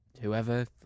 whoever